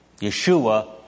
Yeshua